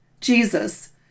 Jesus